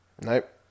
Nope